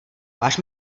máš